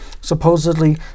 supposedly